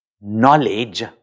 knowledge